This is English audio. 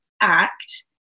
act